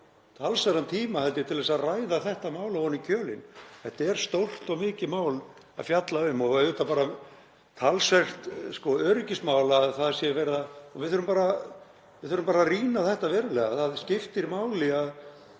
talsverðan tíma held ég til að ræða þetta mál ofan í kjölinn. Þetta er stórt og mikið mál að fjalla um og auðvitað talsvert öryggismál. Við þurfum bara að rýna þetta verulega. Það skiptir máli að